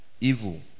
Evil